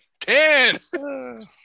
ten